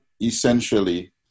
essentially